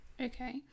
okay